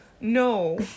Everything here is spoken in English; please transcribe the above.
No